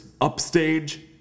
upstage